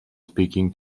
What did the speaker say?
speaking